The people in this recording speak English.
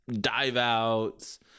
dive-outs